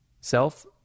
self